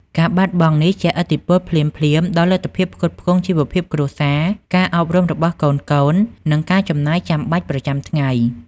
ការបាត់បង់នេះជះឥទ្ធិពលភ្លាមៗដល់លទ្ធភាពផ្គត់ផ្គង់ជីវភាពគ្រួសារ ការអប់រំរបស់កូនៗ និងការចំណាយចាំបាច់ប្រចាំថ្ងៃ។